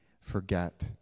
forget